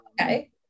okay